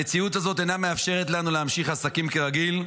המציאות הזאת אינה מאפשרת לנו להמשיך בעסקים כרגיל.